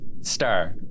Star